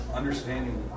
understanding